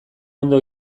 ondo